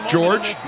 George